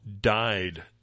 died